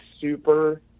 super